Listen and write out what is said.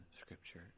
Scripture